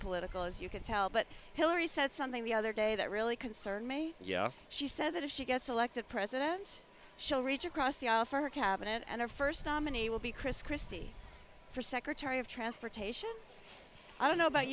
political as you can tell but hillary said something the other day that really concerned me yeah she said that if she gets elected president shall reach across the aisle for cabinet and her first nominee will be chris christie for secretary of transportation i don't know about